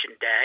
day